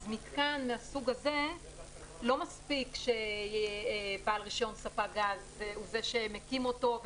אז מתקן מהסוג הזה לא מספיק שבעל רישיון ספק גז הוא שמקים אותו,